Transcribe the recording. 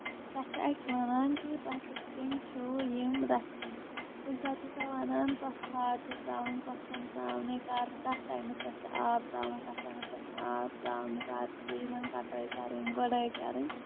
سۄ چھِ اَسہِ وَنان کہِ تۄہہِ کِتھ کٔنۍ چھِو یِم رَچھِنۍ کُنہِ ساتہٕ چھےٚ سۄ وَنان کۄس کھاد چھو تراوٕنۍ کۄس چھےٚ نہٕ تراوٕنۍ کر کتھ ٹایمس پٮ۪ٹھ چھ آب آب تراوُن کَتھ ٹایمَس پٮ۪ٹھ چھُنہٕ آب تراوُن کر چھِ یِمن کَٹٲے کَرٕنۍ گۄڈٕے کَرٕنۍ